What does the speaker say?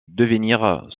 devenir